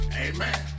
amen